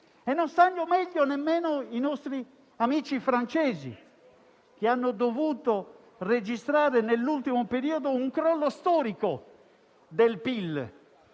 E non stanno meglio nemmeno i nostri amici francesi, che hanno dovuto registrare nell'ultimo periodo un crollo storico del PIL,